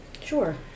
Sure